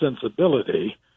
sensibility